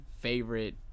favorite